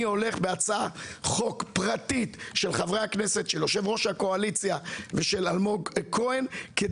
אני הולך בהצעת חוק פרטית של יושב-ראש הקואליציה ושל אלמוג כהן,